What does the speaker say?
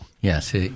Yes